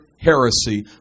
heresy